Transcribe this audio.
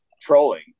trolling